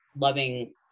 loving